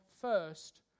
first